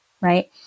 right